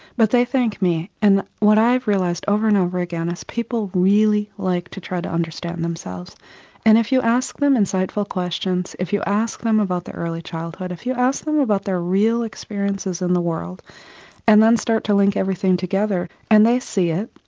but they thank me. and what i've realised over and over again is people really like to try to understand themselves and if you ask them insightful questions, if you ask them about their early childhood, if you ask them about their real experiences in the world and then start to link everything together, they see it.